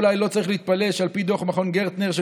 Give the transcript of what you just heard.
אולי לא צריך להתפלא שעל פי דוח מכון גרטנר של